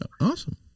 awesome